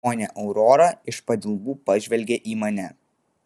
ponia aurora iš padilbų pažvelgė į mane